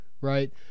right